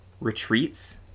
retreats